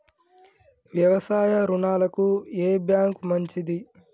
వ్యవసాయ రుణాలకు ఏ బ్యాంక్ మంచిది?